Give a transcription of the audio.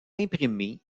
imprimé